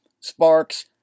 sparks